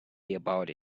about